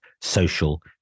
social